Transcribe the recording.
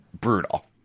brutal